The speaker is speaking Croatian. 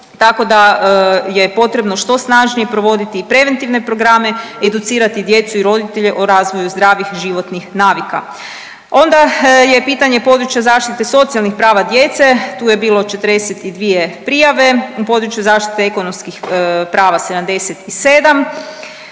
tako da je potrebno što snažnije provoditi i preventivne programe, educirati djecu i roditelje o razvoju zdravih životnih navika. Onda je pitanje područje zaštite socijalnih prava djece, tu je bilo 42 prijave, u području zaštite ekonomskih prava 77,